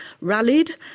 rallied